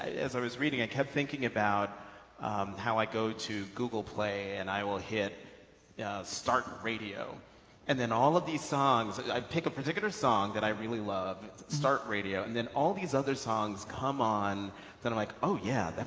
as i was reading, i kept thinking about how i go to google play and i will hit yeah start radio and then all of these songs, i pick a particular song that i really love, start radio and then all these other songs come on and then i'm like oh yeah,